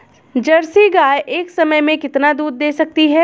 Jersey गाय एक समय में कितना दूध दे सकती है?